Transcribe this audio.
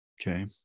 Okay